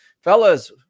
Fellas